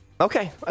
Okay